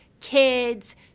kids